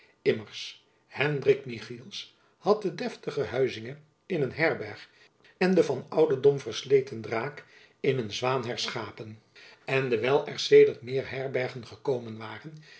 immers hendrik michiels had de deftige huizinge in een herberg en den van ouderdom versleten draak in een zwaan herschapen en dewijl er sedert meer herbergen gekomen waren